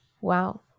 wow